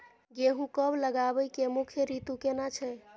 गेहूं कब लगाबै के मुख्य रीतु केना छै?